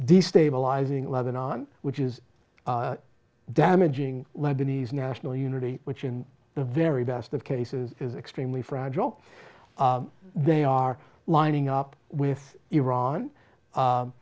destabilizing lebanon which is damaging lebanese national unity which in the very best of cases is extremely fragile they are lining up with iran